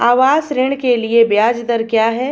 आवास ऋण के लिए ब्याज दर क्या हैं?